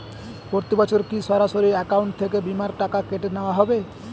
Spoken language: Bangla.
প্রতি বছর কি সরাসরি অ্যাকাউন্ট থেকে বীমার টাকা কেটে নেওয়া হবে?